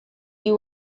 you